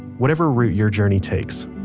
whatever route your journey takes,